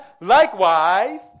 likewise